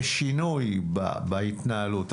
יש שינוי בהתנהלות.